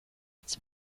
its